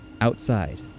Outside